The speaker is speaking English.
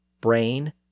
brain